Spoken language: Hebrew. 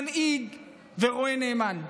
מנהיג ורועה נאמן.